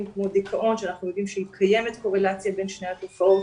כמו דיכאון ואנחנו יודעים שקיימת קורלציה בין שתי התופעות.